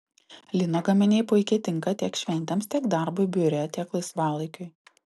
lino gaminiai puikiai tinka tiek šventėms tiek darbui biure tiek laisvalaikiui